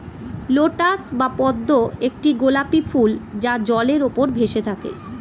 lotus বা পদ্ম একটি গোলাপী ফুল যা জলের উপর ভেসে থাকে